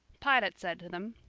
pilate said to them,